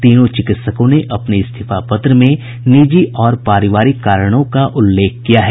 तीनों चिकित्सकों ने अपने इस्तीफा पत्र में निजी और पारिवारिक कारणों का उल्लेख किया है